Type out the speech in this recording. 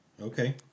Okay